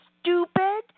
stupid